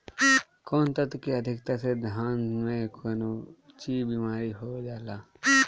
कौन तत्व के अधिकता से धान में कोनची बीमारी हो जाला?